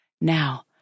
Now